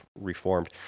reformed